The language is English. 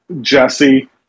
Jesse